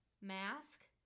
mask